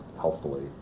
healthfully